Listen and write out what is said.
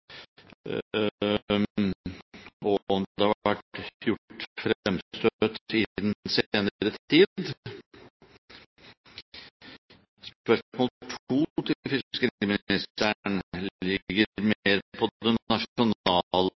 og om det har vært gjort fremstøt i den senere tid. Spørsmål 2 til fiskeriministeren ligger mer